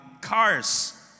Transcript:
cars